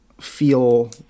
feel